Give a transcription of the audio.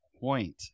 point